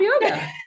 yoga